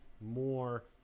more